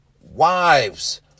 wives